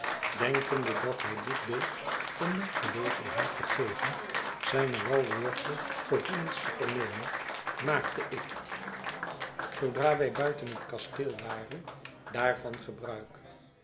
denkende dat hij dit deed om mij gelegenheid te geven zijne walworthsche gevoelens te vernemen maakte ik zoodra wij buiten het kasteel waren daarvan gebruik